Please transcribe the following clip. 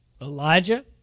Elijah